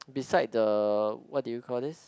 beside the what do you call this